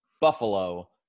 Buffalo